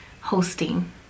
hosting